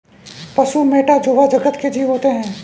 पशु मैटा जोवा जगत के जीव होते हैं